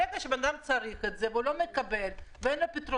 ברגע שאדם צריך את זה והוא לא מקבל ואין לו פתרונות,